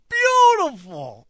beautiful